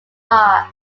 heart